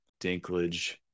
dinklage